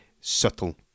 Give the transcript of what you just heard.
subtle